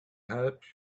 help